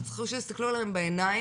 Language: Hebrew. הם צריכים שיסתכלו עליהם בעיניים,